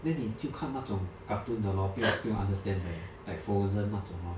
then 你就看那种 cartoon 的 lor 不用不用 understand 的 like frozen 那种 lor